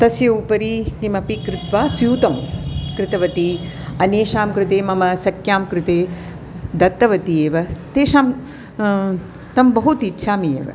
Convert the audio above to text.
तस्य उपरि किमपि कृत्वा स्यूतं कृतवती अन्येषां कृते मम सख्यां कृते दत्तवती एव तेषां तं बहुत् इच्छामि एव